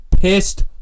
pissed